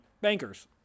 bankers